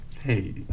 hey